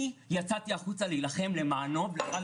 אני יצאתי החוצה להילחם למענו ולמען